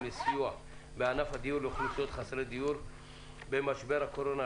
לסיוע בענף הדיון לאוכלוסיות חסרי הדיור במשבר הקורונה,